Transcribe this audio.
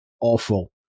awful